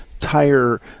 tire